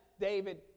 David